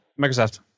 Microsoft